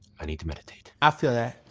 i need to meditate. i feel that.